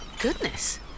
Goodness